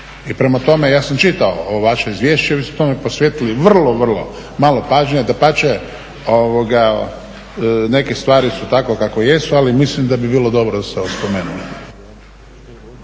Prema tome, ja sam čitao ovo vaše izvješće vi ste tome posvetili vrlo, vrlo malo pažnje, dapače neke stvari su takve kakve jesu ali mislim da bi bilo dobro da ste ovo spomenuli.